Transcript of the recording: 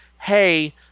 hey